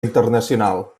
internacional